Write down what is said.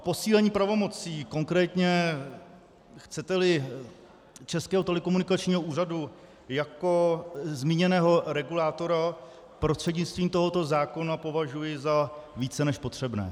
Posílení pravomocí, konkrétně chceteli Českého telekomunikačního úřadu jako zmíněného regulátora, prostřednictvím tohoto zákona považuji za více než potřebné.